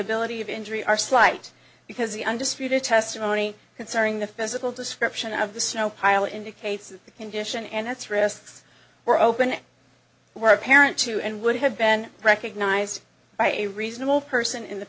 ability of injury are slight because the undisputed testimony concerning the physical description of the snow pile indicates that the condition and its wrists were open were apparent too and would have been recognized by a reasonable person in the